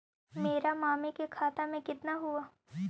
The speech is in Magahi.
मेरा मामी के खाता में कितना हूउ?